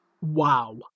Wow